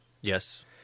Yes